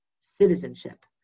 citizenship